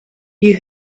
you